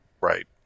Right